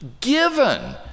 given